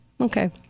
Okay